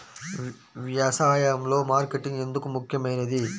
వ్యసాయంలో మార్కెటింగ్ ఎందుకు ముఖ్యమైనది?